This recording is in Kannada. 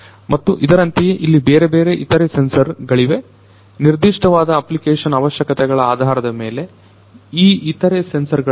ಮತ್ತು ಇದರಂತೆಯೇ ಇಲ್ಲಿ ಬೇರೆಬೇರೆ ಇತರೆ ಸೆನ್ಸರ್ ಗಳಿವೆ ನಿರ್ದಿಷ್ಟವಾದ ಅಪ್ಲಿಕೇಶನ್ ಅವಶ್ಯಕತೆಗಳ ಆಧಾರದ ಮೇಲೆ ಈ ಇತರೆ ಸೆನ್ಸರ್ ಗಳನ್ನು UAV ಗೆ ಜೋಡಿಸಬಹುದು